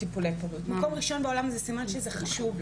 זה סימן שזה חשוב.